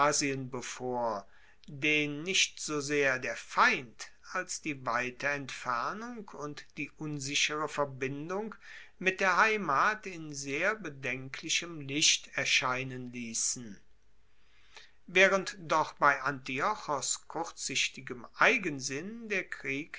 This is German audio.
bevor den nicht so sehr der feind als die weite entfernung und die unsichere verbindung mit der heimat in sehr bedenklichem licht erscheinen liessen waehrend doch bei antiochos kurzsichtigem eigensinn der